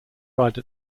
ride